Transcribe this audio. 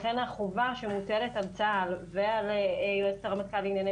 לכן החובה שמוטלת על צה"ל ועל יועצת הרמטכ"ל לענייני